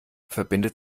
verbindet